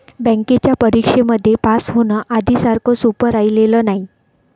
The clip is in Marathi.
बँकेच्या परीक्षेमध्ये पास होण, आधी सारखं सोपं राहिलेलं नाही